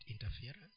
interference